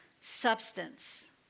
substance